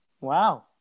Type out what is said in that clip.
Wow